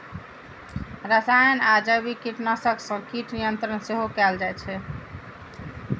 रसायन आ जैविक कीटनाशक सं कीट नियंत्रण सेहो कैल जाइ छै